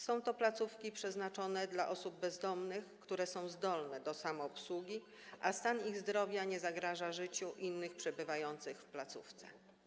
Są to placówki przeznaczone dla osób bezdomnych, które są zdolne do samoobsługi, a stan ich zdrowia nie zagraża życiu innych przebywających w placówce.